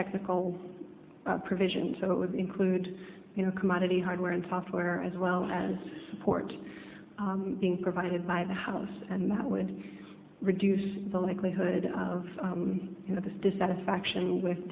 technical provision so it would include you know commodity hardware and software as well as support being provided by the house and that would reduce the likelihood of you know this dissatisfaction with